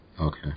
Okay